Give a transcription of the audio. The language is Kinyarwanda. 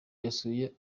yasuye